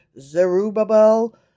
Zerubbabel